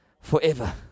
forever